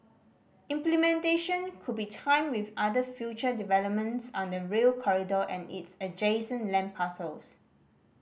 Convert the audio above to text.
implementation could be timed with other future developments on the Rail Corridor and its adjacent land parcels